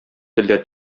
телдә